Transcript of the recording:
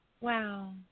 Wow